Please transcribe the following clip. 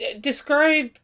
describe